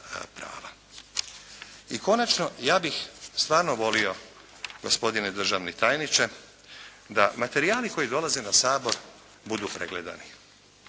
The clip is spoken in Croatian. I konačno ja bih stvarno volio gospodine državni tajniče da materijali koji dolaze na Sabor budu pregledani.